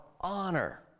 honor